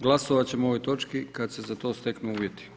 Glasovat ćemo o ovoj točki kad se za to steknu uvjeti.